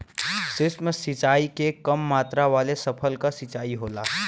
सूक्ष्म सिंचाई से कम मात्रा वाले फसल क सिंचाई होला